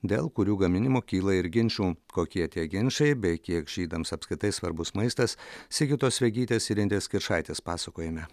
dėl kurių gaminimo kyla ir ginčų kokie tie ginčai bei kiek žydams apskritai svarbus maistas sigitos vegytės ir indės kiršaitės pasakojime